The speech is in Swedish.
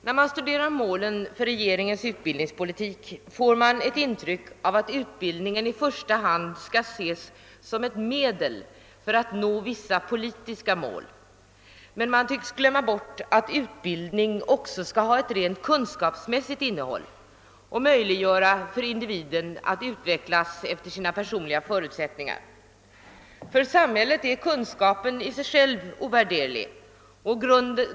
När man studerar målen för regeringens utbildningspolitik får man ett intryck av att utbildningen i första hand skall ses som ett medel för att nå vissa politiska mål, medan man tycks glömma bort att utbildning också skall ha ett rent kunskapsmässigt innehåll och möjliggöra för individen att utvecklas efter sina personliga förutsättningar. För samhället är kunskapen i sig själv ovärderlig.